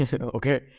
Okay